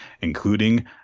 including